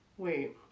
Wait